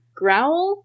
growl